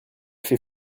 fait